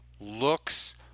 looks